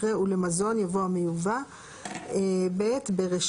אחרי "ולמזון" יבוא "המיובא"; ברישה,